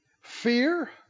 fear